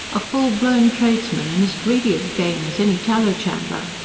a full-blown tradesman, and as greedy of gain as any tallow-chandler.